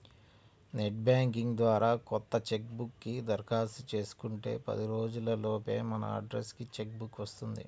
net banking ద్వారా కొత్త cheque book కి దరఖాస్తు చేసుకుంటే పది రోజుల లోపే మన అడ్రస్ కి చెక్ బుక్ వస్తుంది